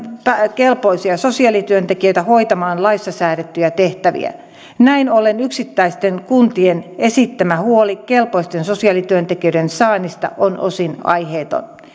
kelpoisia sosiaalityöntekijöitä hoitamaan laissa säädettyjä tehtäviä näin ollen yksittäisten kuntien esittämä huoli kelpoisten sosiaalityöntekijöiden saannista on osin aiheeton